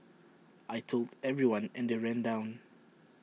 I Told everyone and they ran down